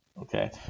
okay